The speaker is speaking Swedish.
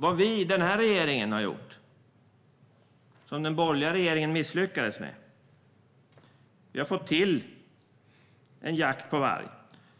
Vad vi och den här regeringen har åstadkommit, som den borgerliga regeringen misslyckades med, är att vi fått till en jakt på varg